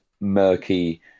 murky